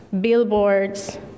billboards